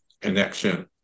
connection